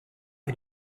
est